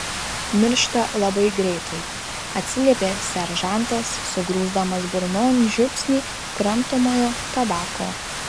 miršta labai greitai atsiliepė seržantas sugrūsdamas burnon žiupsnį kramtomojo tabako